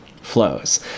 flows